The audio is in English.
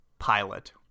pilot